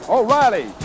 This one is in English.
O'Reilly